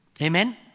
Amen